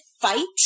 fight